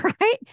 Right